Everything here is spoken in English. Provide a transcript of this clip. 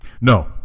No